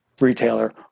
retailer